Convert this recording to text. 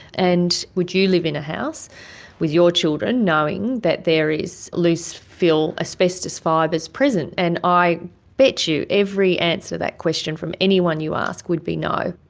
and would you live in a house with your children knowing that there is loose fill asbestos fibres present? and i bet you every answer to that question from anyone you ask would be no.